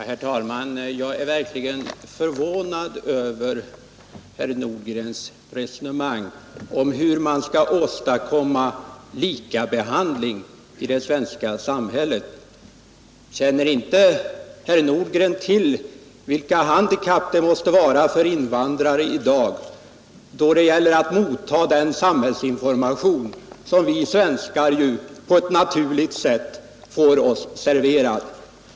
Herr talman! Jag är verkligen förvånad över herr Nordgrens resonemang om hur man skall åstadkomma likabehandling i det svenska samhället. Känner inte herr Nordgren till hur handikappade invandrarna är i dag då det gäller att motta den samhällsinformation som vi svenskar på ett naturligt sätt får oss serverad?